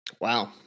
Wow